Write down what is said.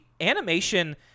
animation